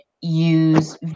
use